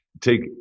take